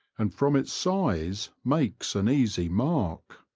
and from its size makes an easy mark.